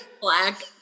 black